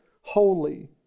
holy